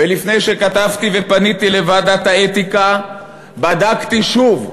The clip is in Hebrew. ולפני שכתבתי ופניתי לוועדת האתיקה בדקתי שוב,